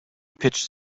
pitched